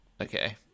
Okay